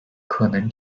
可能